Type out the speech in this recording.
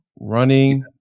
Running